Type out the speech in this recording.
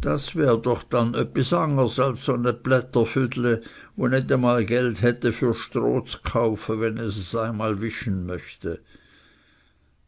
das wär doch dann öppis angers als son es plätterfüdle wo nit emal geld hätte für stroh z'kaufe wenn es es einmal wischen möchte